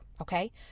okay